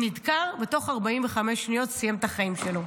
נדקר, ותוך 45 שניות סיים את החיים שלו.